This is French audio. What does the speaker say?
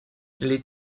les